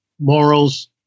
morals